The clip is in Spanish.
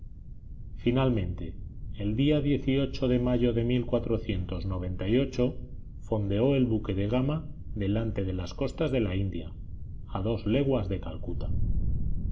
finalmente el día de mayo de fondeó el buque de gama delante de las costas de la india a dos leguas de calcuta